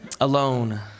alone